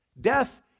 Death